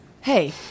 hey